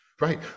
Right